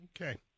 Okay